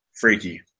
Freaky